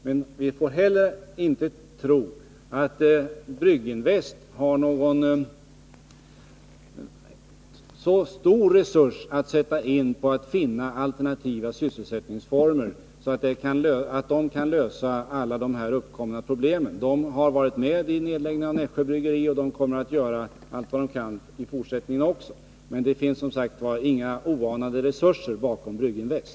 Men vi får å andra sidan inte tro att Brygginvest har så stora resurser att sätta in på att finna alternativa sysselsättningsformer att man kan lösa alla de här uppkomna problemen. Företrädare för Brygginvest har varit med vid nedläggningen av Nässjö Bryggeri, och de kommer att göra allt vad de kan i fortsättningen också. Men det finns som sagt inga oanade resurser bakom Brygginvest.